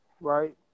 right